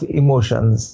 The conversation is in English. emotions